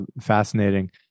fascinating